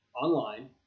online